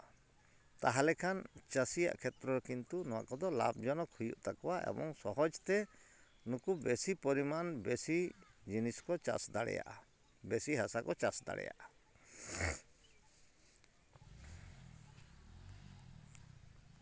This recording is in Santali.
ᱛᱟᱦᱞᱮ ᱠᱷᱟᱱ ᱪᱟᱹᱥᱤᱭᱟᱜ ᱠᱷᱮᱛᱨᱚ ᱨᱮ ᱠᱤᱱᱛᱩ ᱱᱚᱣᱟ ᱠᱚᱫᱚ ᱞᱟᱵᱷ ᱡᱚᱱᱚᱠ ᱦᱩᱭᱩᱜ ᱛᱟᱠᱚᱣᱟ ᱮᱵᱚᱝ ᱥᱚᱦᱚᱡᱽ ᱛᱮ ᱱᱩᱠᱩ ᱵᱮᱥᱤ ᱯᱚᱨᱤᱢᱟᱱ ᱵᱮᱥᱤ ᱡᱤᱱᱤᱥ ᱠᱚ ᱪᱟᱥ ᱫᱟᱲᱮᱭᱟᱜᱼᱟ ᱵᱮᱥᱤ ᱦᱟᱥᱟ ᱠᱚ ᱪᱟᱥ ᱫᱟᱲᱮᱭᱟᱜᱼᱟ